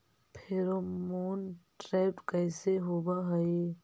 Pheromone trap कैसे होब हई?